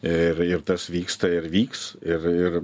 ir ir tas vyksta ir vyks ir ir